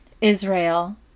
Israel